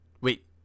Wait